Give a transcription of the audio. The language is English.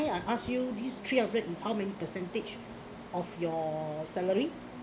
may I ask you this three hundred is how many percentage of your salary